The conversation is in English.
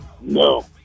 No